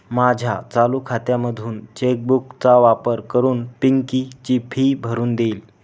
माझ्या चालू खात्यामधून चेक बुक चा वापर करून पिंकी ची फी भरून देईल